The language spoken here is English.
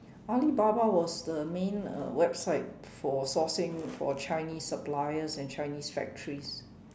Alibaba was the main uh website for sourcing for Chinese suppliers and Chinese factories